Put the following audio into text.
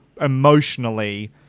emotionally